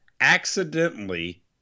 accidentally